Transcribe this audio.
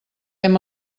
hem